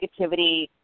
negativity